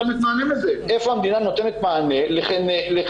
איפה המדינה נותנת מענה לזה?